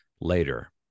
later